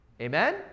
Amen